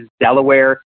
Delaware